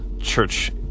church